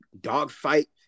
dogfight